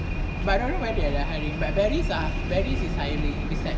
but don't know where they are hiring but barry are ah barry is hiring recep~